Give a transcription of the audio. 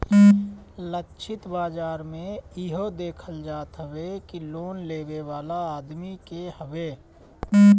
लक्षित बाजार में इहो देखल जात हवे कि लोन लेवे वाला आदमी के हवे